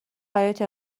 حیاط